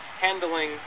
handling